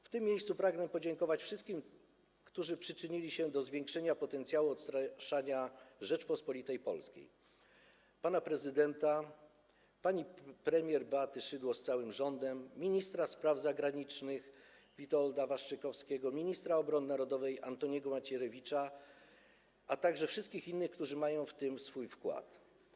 W tym miejscu pragnę podziękować wszystkim, którzy przyczynili się do zwiększenia potencjału odstraszania Rzeczypospolitej Polskiej: panu prezydentowi, pani premier Beacie Szydło z całym rządem, ministrowi spraw zagranicznych Witoldowi Waszczykowskiemu, ministrowi obrony narodowej Antoniemu Macierewiczowi, a także wszystkim innym, którzy włożyli w to swój wkład.